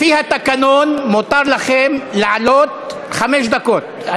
לפי התקנון מותר לכם לעלות חמש דקות.